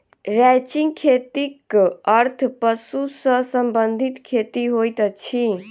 ranching खेतीक अर्थ पशु सॅ संबंधित खेती होइत अछि